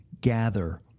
gather